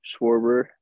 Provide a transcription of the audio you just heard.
Schwarber